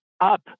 up